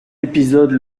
épisode